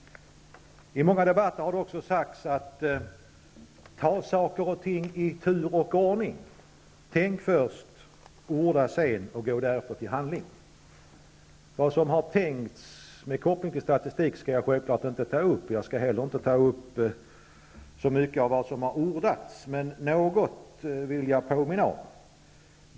I många debatter har det sagts att saker och ting skall tas i tur och ordning. Tänk först, orda sedan och gå därefter till handling. Vad som har tänkts med koppling till statistik skall jag självklart inte ta upp. Jag skall inte heller ta upp så mycket av vad som har ordats. Men jag vill påminna om några saker.